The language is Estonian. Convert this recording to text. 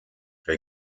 või